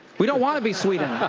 we don't want to be sweden.